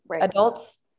adults